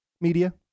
media